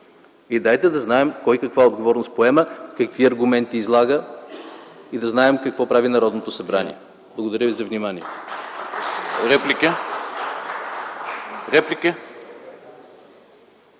Дайте да знаем кой каква отговорност поема, какви аргументи излага и да знаем какво прави Народното събрание. Благодаря ви за вниманието. (Ръкопляскания